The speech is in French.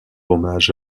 hommage